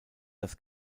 das